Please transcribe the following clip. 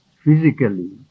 physically